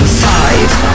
five